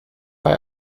bei